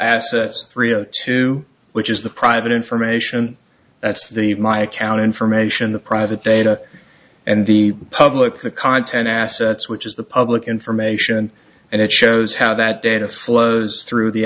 assets three o two which is the private information that's the my account information the private data and the public the content assets which is the public information and it shows how that data flows through the